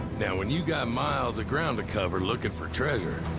now, when you got miles of ground to cover looking for treasure.